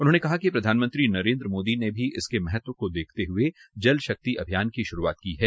उन्होंने कहा कि प्रधानमंत्री नरेंद्र मोदी ने भी इसी महत्व को देखते हुए जल शक्ति अभियान की शुरूआत की है